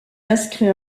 inscrit